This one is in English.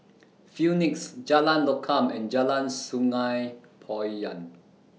Phoenix Jalan Lokam and Jalan Sungei Poyan